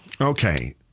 Okay